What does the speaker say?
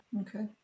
Okay